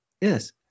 yes